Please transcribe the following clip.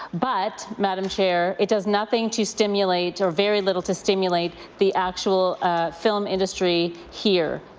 but, madam chair, it does nothing to stimulate or very little to stimulate the actual film industry here.